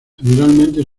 generalmente